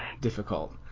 difficult